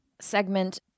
segment